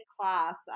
class